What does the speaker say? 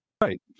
Right